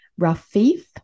Rafif